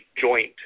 joint